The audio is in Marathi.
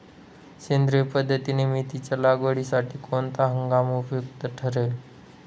सेंद्रिय पद्धतीने मेथीच्या लागवडीसाठी कोणता हंगाम उपयुक्त ठरेल?